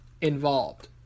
involved